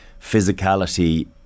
physicality